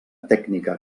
tècnica